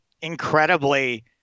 incredibly